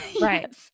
Right